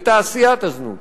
בתעשיית הזנות.